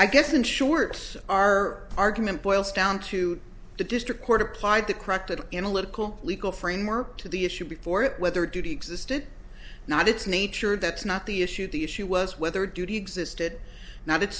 i guess in short our argument boils down to the district court applied the corrected analytical legal framework to the issue before it whether duty existed or not its nature that's not the issue the issue was whether duty existed now